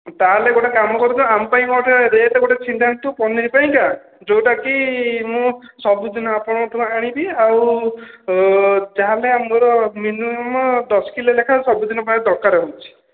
ତାହାଲେ ଗୋଟେ କାମ କରନ୍ତୁ ଆମ ପାଇଁ କ'ଣ ଗୋଟେ ରେଟ୍ ଗୋଟେ ଛିଡ଼ାନ୍ତୁ ପନିର୍ ପାଇଁକା ଯୋଉଟା କି ମୁଁ ସବୁଦିନ ଆପଣଙ୍କଠୁ ଆଣିବି ଆଉ ଯାହା ହେଲେ ଆମର ମିନିମମ୍ ଦଶ କିଲୋ ଲେଖାଁ ସବୁଦିନ ପାଇଁ ଦରକାର ହେଉଛି